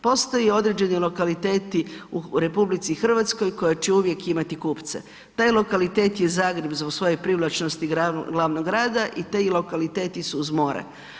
Postoje određeni lokaliteti u RH koji će uvijek imati kupce, taj lokalitet je Zagreb zbog svoje privlačnosti glavnog grada i ti lokaliteti su uz more.